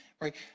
right